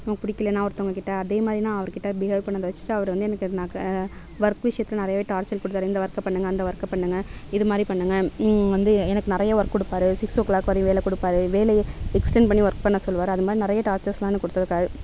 நமக்கு பிடிக்கலன்னா ஒருத்தங்ககிட்ட அதேமாதிரிதான் அவர்கிட்ட பிஹேவ் பண்ணதை வச்சுட்டு அவர் வந்து எனக்கு எப்படினாக்கா ஒர்க் விசயத்தில் நிறையா டார்ச்சர் கொடுத்தாரு இந்த ஒர்க்கை பண்ணுங்க அந்த ஒர்க்கை பண்ணுங்க இதுமாதிரி பண்ணுங்க வந்து எனக்கு நிறையா ஒர்க் கொடுப்பார் சிக்ஸ் ஓ கிளாக் வரையும் வேலை கொடுப்பார் வேலையை எக்ஸ்டன் பண்ணி ஒர்க் பண்ண சொல்லுவார் அதுமாதிரி நிறையா டார்ச்சர்ஸ்லாம் எனக்கு கொடுத்துருக்காரு